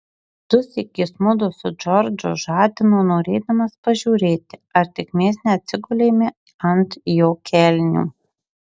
dusyk jis mudu su džordžu žadino norėdamas pažiūrėti ar tik mes neatsigulėme ant jo kelnių